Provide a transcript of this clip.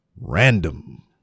RANDOM